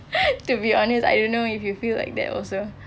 to be honest I don't know if you feel like that also